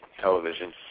television